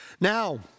Now